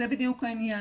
זה בדיוק העניין.